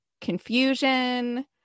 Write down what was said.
confusion